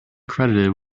credited